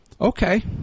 okay